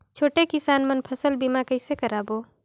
छोटे किसान मन फसल बीमा कइसे कराबो?